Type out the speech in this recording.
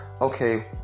okay